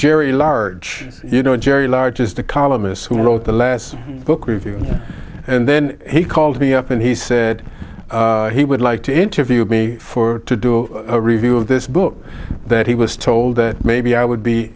jerry large you know jerry largest economists who wrote the last book review and then he called me up and he said he would like to interview me for to do a review of this book that he was told that maybe i would be